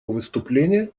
выступления